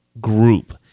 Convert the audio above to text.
group